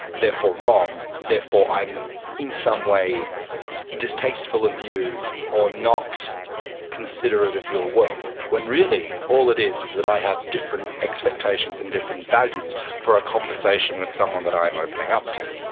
therefore wrong, therefore i am in some way distasteful of you or not considerate of your world, when really all it is is that i have different expectations and different values for a conversation with someone that i am opening up to.